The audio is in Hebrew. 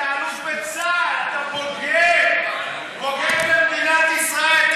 אתה אלוף בצה"ל, אתה בוגד, בוגד במדינת ישראל.